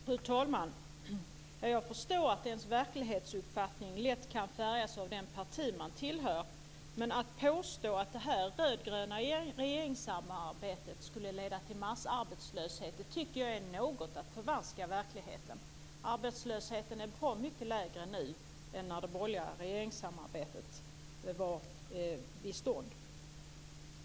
Fru talman! Jag förstår att ens verklighetsuppfattning lätt kan färgas av det parti man tillhör. Men att påstå att detta rödgröna regeringssamarbete skulle leda till massarbetslöshet tycker jag är att något förvanska verkligheten. Arbetslösheten är bra mycket lägre nu än när det borgerliga regeringssamarbetet pågick.